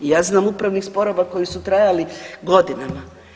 Ja znam upravnih sporova koji su trajali godinama.